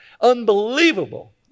Unbelievable